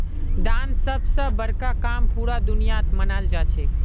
दान सब स बड़का काम पूरा दुनियात मनाल जाछेक